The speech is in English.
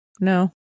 No